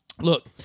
Look